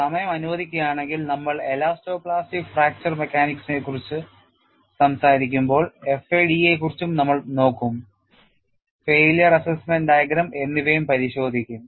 സമയം അനുവദിക്കുകയാണെങ്കിൽ നമ്മൾ എലാസ്റ്റോ പ്ലാസ്റ്റിക് ഫ്രാക്ചർ മെക്കാനിക്സിനെക്കുറിച്ച് സംസാരിക്കുമ്പോൾ FAD യെ കുറിച്ചും നമ്മൾ നോക്കും failure assessment ഡയഗ്രം എന്നിവയും പരിശോധിക്കും